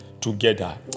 together